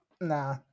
Nah